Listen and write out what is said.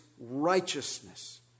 righteousness